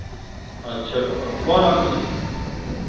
अच्छा को कौन वाली मछली